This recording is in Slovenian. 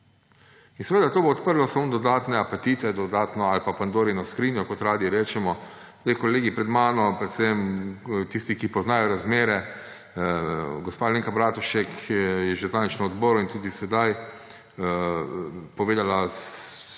In seveda bo to odprlo samo dodatne apetite ali pa dodatno Pandorino skrinjo, kot radi rečemo. Kolegi pred mano, predvsem tisti, ki poznajo razmere, gospa Alenka Bratušek je že zadnjič na odboru in tudi sedaj povedala